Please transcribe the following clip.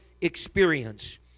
experience